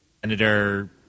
Senator